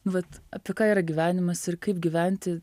vat apie ką yra gyvenimas ir kaip gyventi